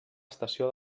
estació